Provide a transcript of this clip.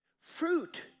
Fruit